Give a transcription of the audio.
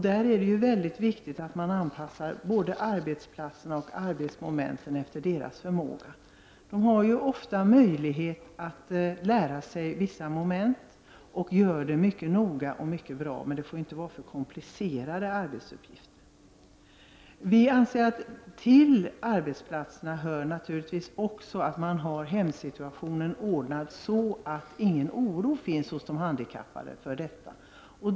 Det är mycket viktigt att man anpassar både arbetsplatserna och arbetsmomenten efter deras förmåga. De har ofta möjlighet att lära sig vissa moment, och gör det mycket noga och bra, men det får inte vara för komplicerade arbetsuppgifter. Till situationen på arbetsplatserna hör naturligtvis också att man har hemsituationen ordnad så att ingen oro finns hos de handikappade i det avseendet.